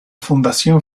fundación